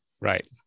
right